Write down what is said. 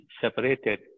separated